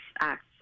acts